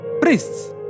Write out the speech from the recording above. priests